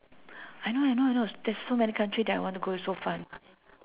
I know I know I know there's so many countries that I want to go it's so fun